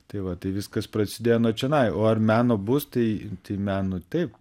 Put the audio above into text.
tai va tai viskas prasidėjo nuo čionai o ar meno bus tai tai meno tai